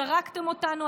זרקתם אותנו,